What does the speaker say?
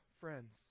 friends